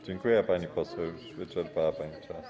Dziękuję, pani poseł, już wyczerpała pani czas.